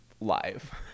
live